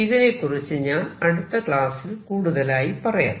ഇതിനെക്കുറിച്ച് ഞാൻ അടുത്ത ക്ലാസ്സിൽ കൂടുതലായി പറയാം